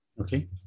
Okay